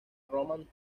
roman